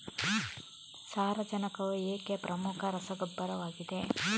ಸಾರಜನಕವು ಏಕೆ ಪ್ರಮುಖ ರಸಗೊಬ್ಬರವಾಗಿದೆ?